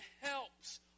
helps